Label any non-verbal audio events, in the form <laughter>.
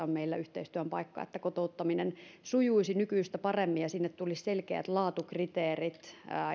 <unintelligible> on meillä yhteistyön paikka että kotouttaminen sujuisi nykyistä paremmin ja sinne tulisi selkeät laatukriteerit